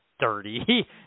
Dirty